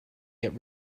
get